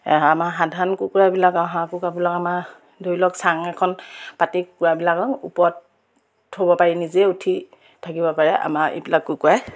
আমাৰ সাধাৰণ কুকুৰাবিলাক আৰু হাঁহ কুকুৰাবিলাক আমাৰ ধৰি লওক চাং এখন পাতি কুকুৰাবিলাকক ওপৰত থ'ব পাৰি নিজে উঠি থাকিব পাৰে আমাৰ এইবিলাক কুকুৰাই